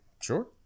Sure